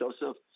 Joseph